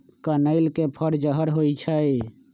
कनइल के फर जहर होइ छइ